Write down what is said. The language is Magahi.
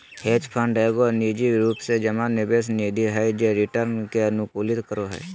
हेज फंड एगो निजी रूप से जमा निवेश निधि हय जे रिटर्न के अनुकूलित करो हय